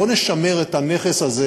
בואו נשמר את הנכס הזה,